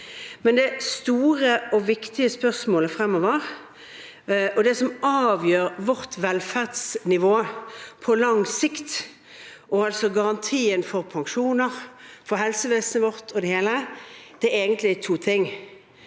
tiden. De store og viktige spørsmålene fremover, og det som avgjør vårt velferdsnivå på lang sikt, altså garantien for pensjoner, for helsevesenet vårt og det hele, er egentlig to ting: